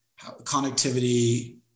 connectivity